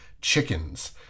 chickens